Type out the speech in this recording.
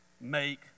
make